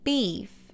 Beef